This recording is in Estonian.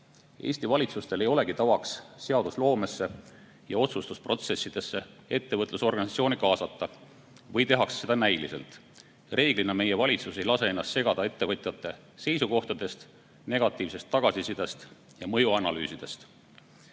valitsustel ei olegi tavaks seadusloomesse ja otsustusprotsessidesse ettevõtlusorganisatsioone kaasata. Või siis tehakse seda näiliselt. Reeglina meie valitsus ei lase ennast segada ettevõtjate seisukohtadest, negatiivsest tagasisidest ja mõjuanalüüsidest.